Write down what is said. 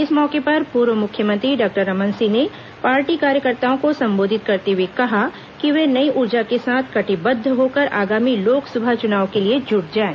इस मौके पर पूर्व मुख्यमंत्री डॉक्टर रमन सिंह ने पार्टी कार्यकर्ताओ को संबोधित करते हुए कहा कि वे नई ऊर्जा के साथ कटिबद्ध होकर आगामी लोकसभा चुनाव के लिए जुट जाएं